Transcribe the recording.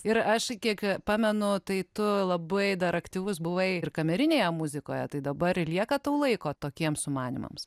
ir aš kiek pamenu tai tu labai dar aktyvus buvai ir kamerinėje muzikoje tai dabar ar lieka tau laiko tokiems sumanymams